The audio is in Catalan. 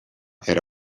era